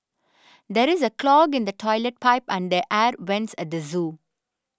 there is a clog in the Toilet Pipe and the Air Vents at the zoo